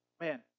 Man